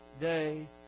day